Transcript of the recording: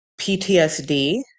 PTSD